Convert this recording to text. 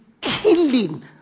killing